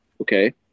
okay